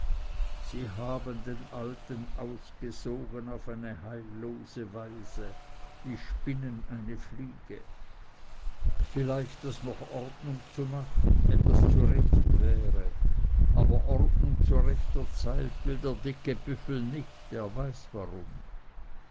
sie haben den alten ausgesogen auf eine heillose weise wie spinnen eine fliege vielleicht daß noch ordnung zu machen etwas zu retten wäre aber ordnung zu rechter zeit will der dicke büffel nicht er weiß warum